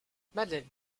madeleine